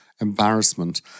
embarrassment